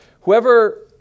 whoever